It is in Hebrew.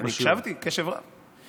הקשבתי בקשב רב.